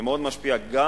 משפיע מאוד,